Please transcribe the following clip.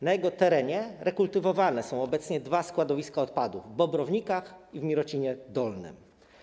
Na jego terenie rekultywowane są obecnie dwa składowiska odpadów: w Bobrownikach i w Mirocinie Dolnym.